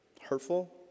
hurtful